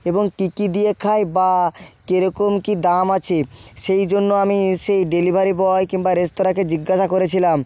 এবং কী কী দিয়ে খায় বা কিরকম কী দাম আছে সেই জন্য আমি সেই ডেলিভারি বয় কিংবা রেস্তোরাঁকে জিজ্ঞাসা করেছিলাম